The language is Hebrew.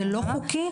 זה לא חוקי?